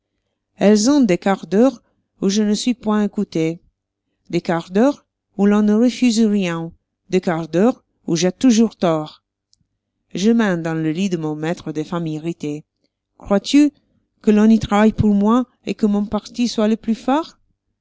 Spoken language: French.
elles ont des quarts d'heure où je ne suis point écouté des quarts d'heure où l'on ne refuse rien des quarts d'heure où j'ai toujours tort je mène dans le lit de mon maître des femmes irritées crois-tu que l'on y travaille pour moi et que mon parti soit le plus fort